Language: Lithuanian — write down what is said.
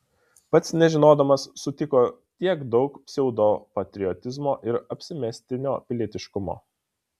pats nežinodamas sutiko tiek daug pseudopatriotizmo ir apsimestinio pilietiškumo